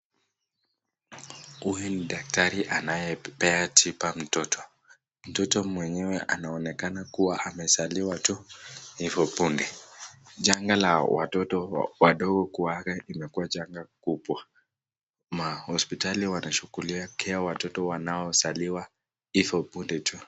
Huyu ni daktari anayepea tiba mtoto. Mtoto mwenyewe anaonekana kuwa amezaliwa tu hivo punde. Janga la watoto wadogo kuaga imekuwa janga kubwa, mahospitali wanashughulikia watoto wanaozaliwa hivo punde tu.